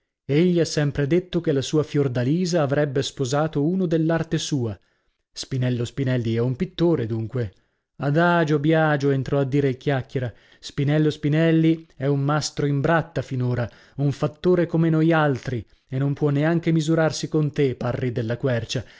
dare egli ha sempre detto che la sua fiordalisa avrebbe sposato uno dell'arte sua spinello spinelli è un pittore dunque adagio biagio entrò a dire il chiacchiera spinello spinelli è un mastro imbratta finora un fattore come noi altri e non può neanche misurarsi con te parri della quercia